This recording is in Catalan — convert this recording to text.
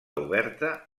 oberta